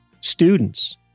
students